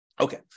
Okay